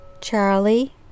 Charlie